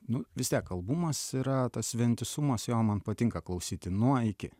nu vis tiek albumas yra tas vientisumas jo man patinka klausyti nuo iki